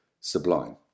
sublime